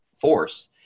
force